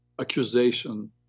accusation